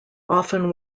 often